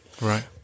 Right